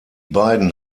beiden